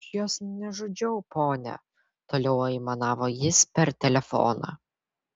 aš jos nežudžiau ponia toliau aimanavo jis per telefoną